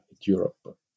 Europe